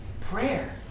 prayer